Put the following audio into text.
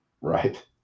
right